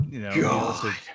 God